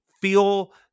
feel